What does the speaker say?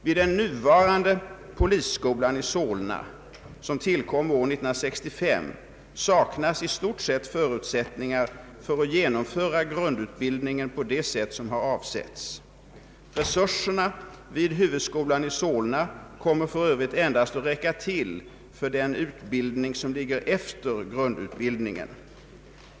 Vid den nuvarande polisskolan i Solna, som tillkom år 1965, saknas i stort sett förutsättningar för att genomföra grundutbildningen på det sätt som har avsetts. Resurserna vid huvudskolan i Solna kommer för övrigt endast att räcka till för den utbildning som ligger efter grundutbildningen.